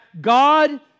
God